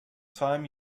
time